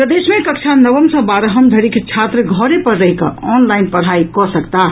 प्रदेश मे कक्षा नवम् सँ बारहम् धरिक छात्र घरे पर रहि कऽ ऑनलाईन पढ़ाई कऽ सकताह